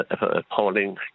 appalling